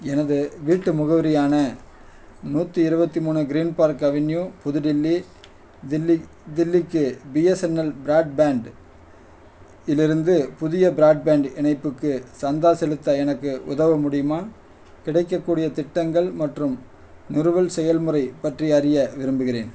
எனது வீட்டு முகவரியான நூற்றி இருபத்தி மூணு க்ரீன் பார்க் அவென்யூ புது டெல்லி தில்லி தில்லிக்கு பிஎஸ்என்எல் ப்ராட்பேண்ட் இலிருந்து புதிய ப்ராட்பேண்ட் இணைப்புக்குச் சந்தா செலுத்த எனக்கு உதவ முடியுமா கிடைக்கக்கூடியத் திட்டங்கள் மற்றும் நிறுவல் செயல்முறை பற்றி அறிய விரும்புகிறேன்